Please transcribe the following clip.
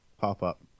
pop-up